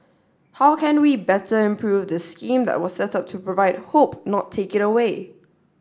how can we better improve this scheme that was set up to provide hope not take it away